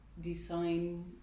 design